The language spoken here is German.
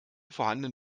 vorhandenen